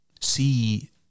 see